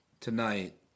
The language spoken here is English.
tonight